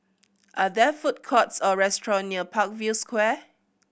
are there food courts or restaurant near Parkview Square